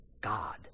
God